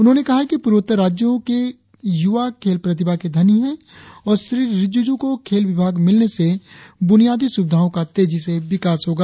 उन्होंने कहा है कि प्रर्वोत्तर राज्यों के युवा खेल प्रतिभा के धनी है और श्री रिजिजू को खेल विभाग मिलने से बुनियादी सुविधाओं का तेजी से विकास होगा